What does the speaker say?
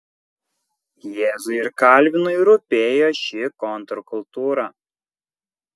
jėzui ir kalvinui rūpėjo ši kontrkultūra